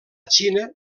xina